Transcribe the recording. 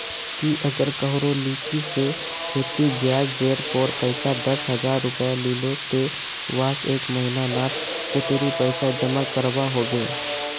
ती अगर कहारो लिकी से खेती ब्याज जेर पोर पैसा दस हजार रुपया लिलो ते वाहक एक महीना नात कतेरी पैसा जमा करवा होबे बे?